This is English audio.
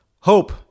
hope